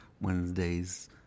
Wednesdays